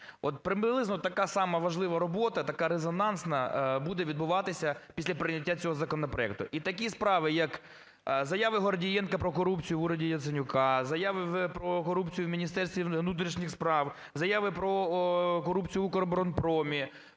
От приблизно така сама важлива робота, така резонансна буде відбуватися після прийняття цього законопроекту. І такі справи як: заяви Гордієнка про корупцію в уряді Яценюка, заяви про корупцію в Міністерстві внутрішніх справ, заяви про корупцію в "Укроборонпромі",